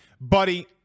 Buddy